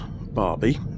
Barbie